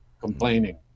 complaining